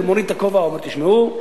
הייתי מוריד את הכובע ואומר: תשמעו,